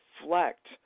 reflect